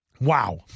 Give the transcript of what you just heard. Wow